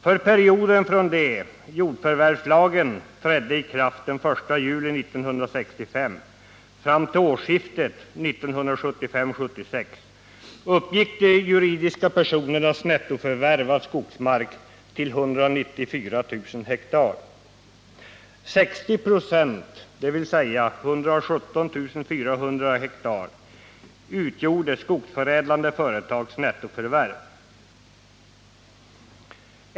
För perioden från det jordförvärvslagen trädde i kraft den 1 juli 1965 fram till årsskiftet 1975-76 uppgick de juridiska personernas nettoförvärv av skogsmark till 194 000 ha. 60 96, dvs. 117 400 ha, utgjorde skogsförädlande företags nettoförvärv.